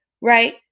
right